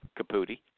Caputi